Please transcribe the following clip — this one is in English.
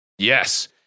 Yes